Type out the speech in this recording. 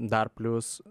dar plius